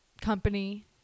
company